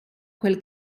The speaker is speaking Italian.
quel